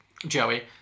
Joey